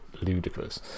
ludicrous